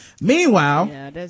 Meanwhile